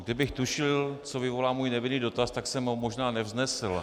Kdybych tušil, co vyvolá můj nevinný dotaz, tak jsem ho možná nevznesl.